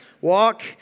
Walk